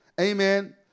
Amen